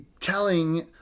telling